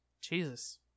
Jesus